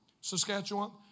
Saskatchewan